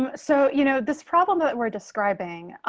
um so, you know, this problem that we're describing,